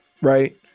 Right